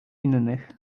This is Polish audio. innych